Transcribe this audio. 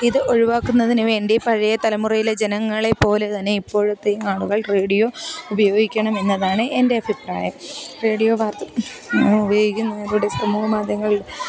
ഇത് ഒഴിവാക്കുന്നതിന് വേണ്ടി പഴയ തലമുറയിലെ ജനങ്ങളെപ്പോലെതന്നെ ഇപ്പോഴത്തേയും ആളുകൾ റേഡിയോ ഉപയോഗിക്കണമെന്നതാണ് എൻറ്റെ അഭിപ്രായം റേഡിയോ വാർത്ത ഉപയോഗിക്കുന്നതിലൂടെ സമൂഹമാധ്യമങ്ങൾ